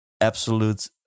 absolute